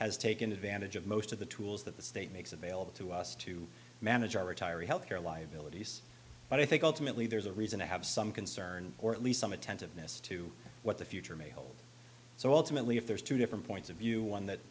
has taken advantage of most of the tools that the state makes available to us to manage our retiree health care liabilities but i think ultimately there's a reason to have some concern or at least some attentiveness to what the future may hold so ultimately if there's two different points of view one that